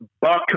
buck